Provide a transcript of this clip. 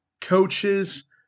coaches